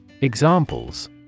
Examples